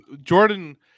Jordan